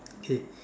K